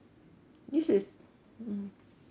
this is mm